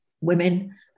women